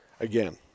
Again